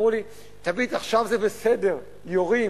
אמרו לי: תביט, עכשיו זה בסדר, יורים.